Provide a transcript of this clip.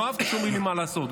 לא אהבתי שאומרים לי מה לעשות,